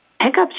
hiccups